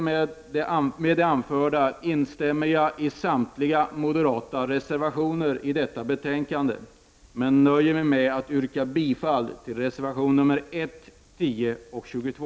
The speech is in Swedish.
Med det anförda instämmer jag i samtliga moderata reservationer i detta betänkande, men nöjer mig med att yrka bifall till reservationerna 1, 10 och 22.